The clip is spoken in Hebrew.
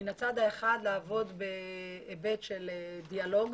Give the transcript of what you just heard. מן הצד האחד לעבוד בהיבט של דיאלוג